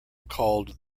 called